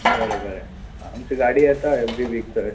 बरें बरें आमची गाडी येता एवरी वीक थंय